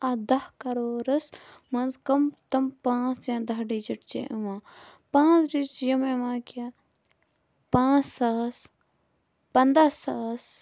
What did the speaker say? دہ کَرورَس مَنٛز تِم کٕم پانٛژھ یا دہ ڈِجِٹ چھِ یِوان پانٛژھ ڈِجِٹ چھِ یِم یِوان کہِ پانٛژھ ساس پَندہ ساس